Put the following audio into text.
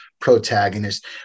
protagonist